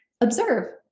observe